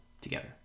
together